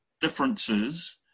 differences